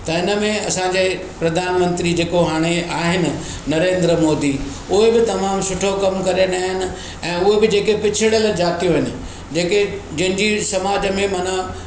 त हिन में असांजे प्रधानमंत्री जेको हाणे आहिनि नरेंद्र मोदी उहे बि तमामु सुठो कमु करे रहिया आहिनि ऐं उहे बि जेके पिछड़ियल जातियूं आहिनि जंहिंखे जंहिंजी समाज में माना